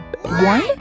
one